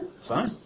fine